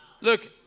Look